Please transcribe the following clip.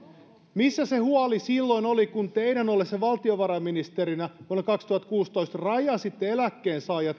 missä se huoli silloin oli kun teidän ollessanne valtiovarainministerinä vuonna kaksituhattakuusitoista rajasitte eläkkeensaajat